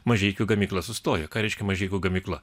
mažeikių gamykla sustojo ką reiškia mažeikių gamykla